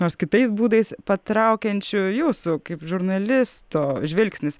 nors kitais būdais patraukiančių jūsų kaip žurnalisto žvilgsnis